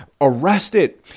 arrested